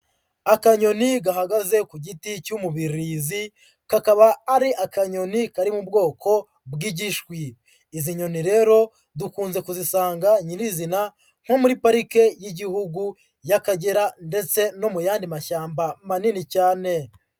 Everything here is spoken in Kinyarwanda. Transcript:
Akanyoni gahagaze ku giti cy'umubirizi, kakaba ari akanyoni kari mu bwoko bw'igishwi, izi nyoni rero dukunze kuzisanga nyirizina nko muri Parike y'Igihugu y'Akagera ndetse no mu yandi mashyamba manini cyane.